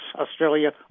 Australia